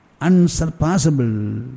unsurpassable